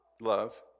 love